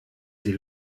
sie